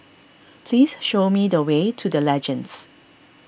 please show me the way to the Legends